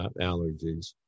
allergies